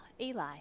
Eli